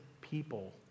People